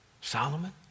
Solomon